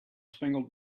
spangled